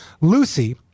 Lucy